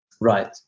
Right